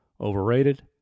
Overrated